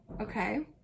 Okay